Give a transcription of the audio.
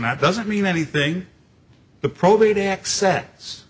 not doesn't mean anything the probate acce